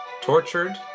Tortured